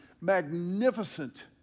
magnificent